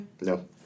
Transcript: No